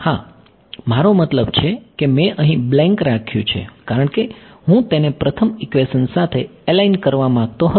હા મારો મતલબ છે કે મેં અહીં બ્લેન્ક રાખ્યું છે કારણ કે હું તેને પ્રથમ ઇક્વેશન સાથે એલાઈન કરવા માંગતો હતો